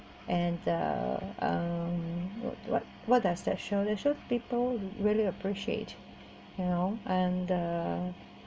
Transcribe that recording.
and the um what what does that show that show people really appreciate you know and the